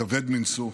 כבד מנשוא,